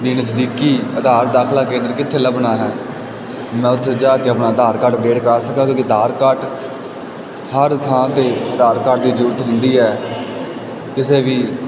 ਵੀ ਨਜ਼ਦੀਕੀ ਆਧਾਰ ਦਾਖ਼ਲਾ ਕੇਂਦਰ ਕਿੱਥੇ ਲੱਭਣਾ ਹੈ ਮੈਂ ਉੱਥੇ ਜਾ ਕੇ ਆਪਣਾ ਆਧਾਰ ਕਾਰਡ ਅਪਡੇਟ ਕਰਵਾ ਸਕਾਂ ਕਿਉਂਕਿ ਆਧਾਰ ਕਾਰਟ ਹਰ ਥਾਂ 'ਤੇ ਆਧਾਰ ਕਾਰਡ ਦੀ ਜ਼ਰੂਰਤ ਹੁੰਦੀ ਹੈ ਕਿਸੇ ਵੀ